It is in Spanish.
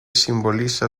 simboliza